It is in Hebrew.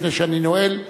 לפני שאני נועל,